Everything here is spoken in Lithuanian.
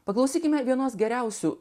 paklausykime vienos geriausių